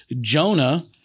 Jonah